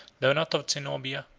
though not of zenobia,